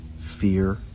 fear